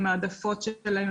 עם ההעדפות שלהם,